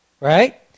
Right